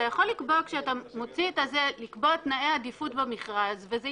אתה יכול לקבוע תנאי עדיפות במכרז.